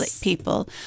people